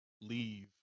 leave